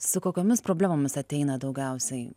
su kokiomis problemomis ateina daugiausiai